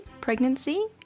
pregnancy